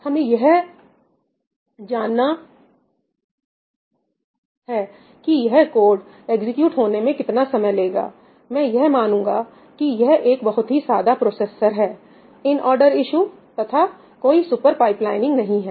हमें यह जानना है कि यह कोड एग्जीक्यूट होने में कितना समय लेगा मैं यह मानूंगा कि यह एक बहुत ही सादा प्रोसेसर है इन ऑर्डर इशु तथा कोई सुपर पाइपलाइनिंग नहीं है